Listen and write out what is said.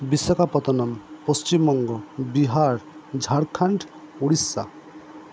Visakhapatnam Paschimbanga Bihar Jharkhand Orissa